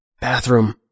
Bathroom